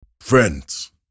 Friends